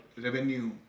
revenue